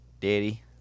Daddy